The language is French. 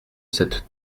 cette